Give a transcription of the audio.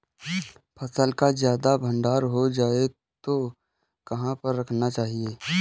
फसल का ज्यादा भंडारण हो जाए तो कहाँ पर रखना चाहिए?